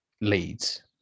leads